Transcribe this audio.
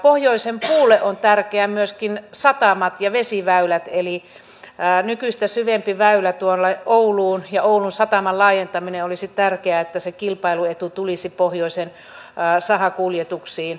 pohjoisen puulle ovat tärkeitä myöskin satamat ja vesiväylät eli nykyistä syvempi väylä tuonne ouluun ja oulun sataman laajentaminen olisi tärkeää että se kilpailuetu tulisi pohjoisen sahakuljetuksiin